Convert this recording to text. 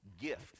gift